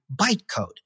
bytecode